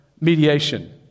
mediation